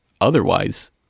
Otherwise